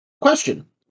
question